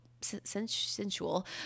sensual